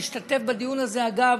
השתתף בדיון הזה, אגב,